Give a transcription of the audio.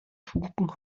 funken